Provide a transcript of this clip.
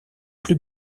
plus